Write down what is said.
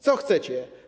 Co chcecie?